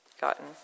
gotten